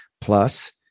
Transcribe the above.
plus